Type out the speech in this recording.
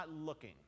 looking